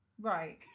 Right